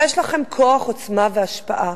יש לכם כוח, עוצמה והשפעה.